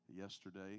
yesterday